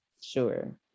sure